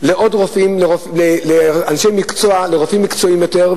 לעוד רופאים, לאנשי מקצוע, לרופאים מקצועיים יותר.